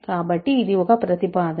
కాబట్టి ఇది ఒక ప్రతిపాదన